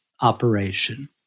operation